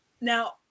Now